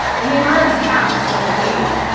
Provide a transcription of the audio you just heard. and they've already passed level eighty.